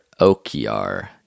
Okiar